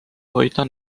hoida